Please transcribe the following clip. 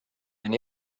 and